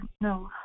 No